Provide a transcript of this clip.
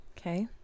Okay